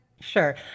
Sure